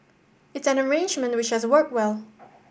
it's an arrangement which has worked well